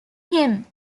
him